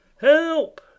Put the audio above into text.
Help